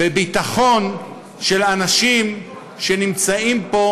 בביטחון של אנשים שנמצאים פה